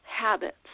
habits